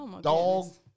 Dog